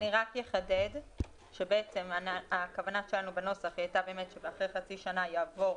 אני רק אחדד שהכוונה שלנו בנוסח הייתה שאחרי חצי שנה יעבור